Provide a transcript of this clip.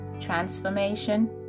transformation